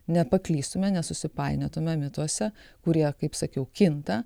nepaklystume nesusipainiotumėm mituose kurie kaip sakiau kinta